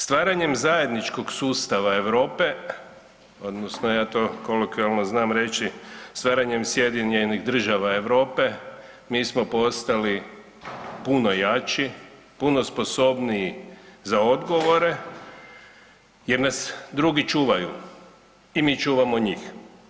Stvaranjem zajedničkog sustava Europe odnosno ja to kolokvijalno znam reći „stvaranjem sjedinjenih država Europe“ mi smo postali puno jači, puno sposobniji za odgovore jer nas drugi čuvaju i mi čuvamo njih.